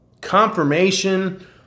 confirmation